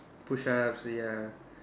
push ups ya